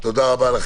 תודה רבה.